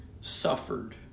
suffered